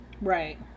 right